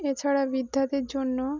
এছাড়া বিদ্যার্থীর জন্য